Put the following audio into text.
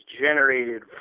generated